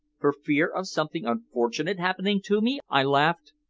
for fear of something unfortunate happening to me! i laughed.